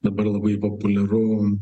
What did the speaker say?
dabar labai populiaru